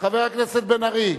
חבר הכנסת בן-ארי,